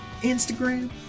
Instagram